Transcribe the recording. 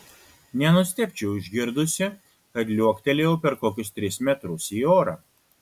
nenustebčiau išgirdusi kad liuoktelėjau per kokius tris metrus į orą